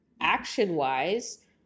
action-wise